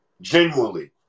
Genuinely